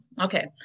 Okay